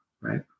right